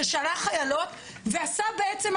ששלח חיילות ועשה בעצם,